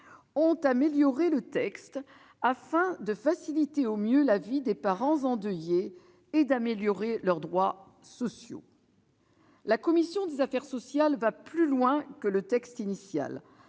ont amélioré le texte afin de faciliter au mieux la vie des parents endeuillés et d'améliorer leurs droits sociaux. La commission des affaires sociales va plus loin que le texte initial,